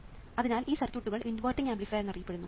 അതിനാൽ ഈ സർക്യൂട്ടുകൾ ഇൻവെർട്ടിംഗ് ആംപ്ലിഫയർ എന്നറിയപ്പെടുന്നു